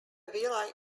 villa